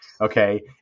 Okay